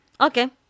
Okay